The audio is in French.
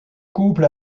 couple